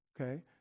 Okay